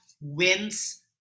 wins